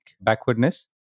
backwardness